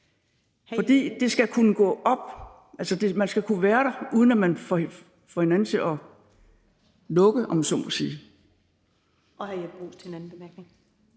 for det skal kunne gå op. Altså, man skal kunne være der, uden at man får hinanden til at lukke, om jeg så må sige.